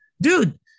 Dude